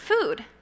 food